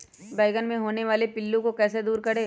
बैंगन मे होने वाले पिल्लू को कैसे दूर करें?